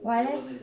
why leh